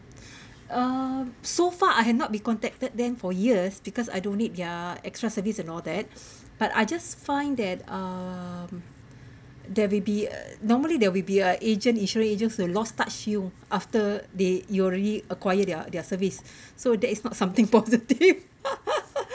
uh so far I have not be contacted them for years because I don't need their extra service and all that but I just find that uh there will be a normally they will be a agent insurance agent will lost touch you after they you already acquire their their service so that is not something positive